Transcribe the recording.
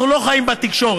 אנחנו לא חיים בתקשורת,